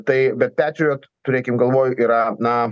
tai bet petriot turėkim galvoj yra na